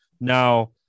Now